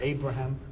Abraham